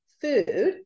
food